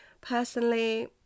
personally